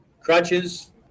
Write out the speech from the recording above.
crutches